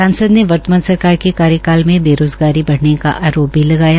सांसद ने वर्तमान सरकार के कार्यकाल में बेरोजगारी बढ़ने का आरोप भी लगाया